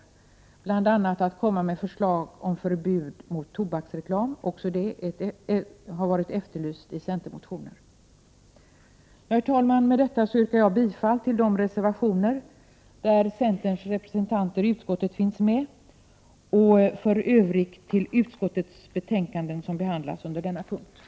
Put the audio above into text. Det gäller bl.a. att utarbeta förslag om förbud mot tobaksreklam, något som också det har efterlysts i centermotioner. Med detta yrkar jag, herr talman, bifall till de reservationer där centerns representanter i utskottet finns med. För övrigt yrkar jag när det gäller denna punkt bifall till utskottets hemställan.